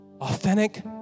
authentic